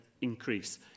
increase